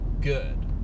good